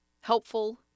helpful